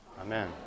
Amen